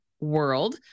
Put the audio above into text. World